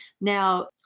now